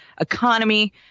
economy